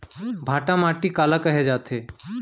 भांटा माटी काला कहे जाथे?